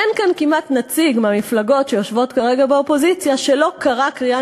אין כאן כמעט נציג מהמפלגות שיושבות כרגע באופוזיציה שלא קרא קריאה